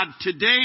today